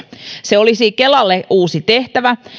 se olisi uusi tehtävä kelalle